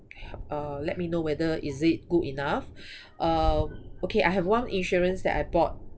help uh let me know whether is it good enough uh okay I have one insurance that I bought